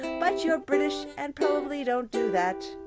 but you're british and probably don't do that,